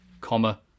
comma